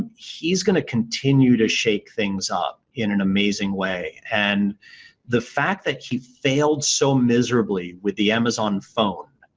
he's going to continue to shake things up in an amazing way and the fact that he failed so miserably with the amazon phone,